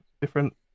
different